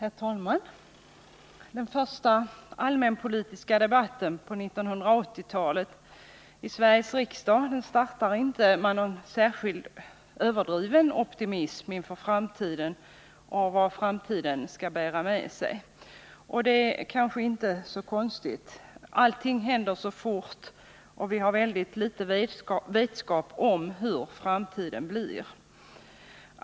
Herr talman! Den första allmänpolitiska debatten på 1980-talet i Sverige startar inte med någon särskilt överdriven optimism inför framtiden och vad den skall bära med sig. Och det kanske inte är så konstigt. Allting händer så fort, och vi har mycket liten vetskap om hurudan framtiden blir.